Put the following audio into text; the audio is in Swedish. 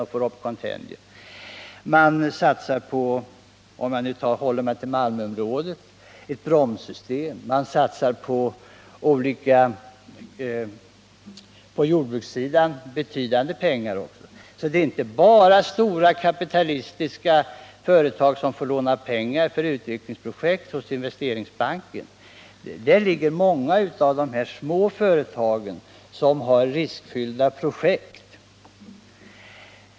Jag kan också nämna -— för att nu fortsätta att hålla mig inom Malmöområdet — att man satsar på ett nytt bromssystem. Även på jordbrukssidan satsas betydande belopp. Det är alltså inte bara stora kapitalistiska företag som får låna pengar för utvecklingsprojekt hos Investeringsbanken, utan det får också många små företag som har riskfyllda projekt.